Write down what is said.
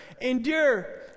endure